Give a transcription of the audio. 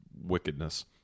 wickedness